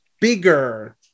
bigger